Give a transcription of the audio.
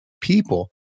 people